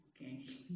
okay